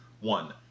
One